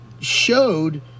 showed